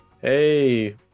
Hey